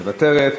מוותרת,